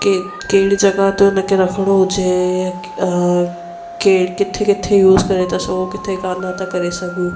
के कहिड़ी जॻह ते हुन खे रखिणो हुजे या के किथे किथे यूस करे था सघूं किथे का नथा करे सघूं